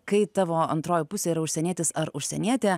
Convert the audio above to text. kai tavo antroji pusė yra užsienietis ar užsienietė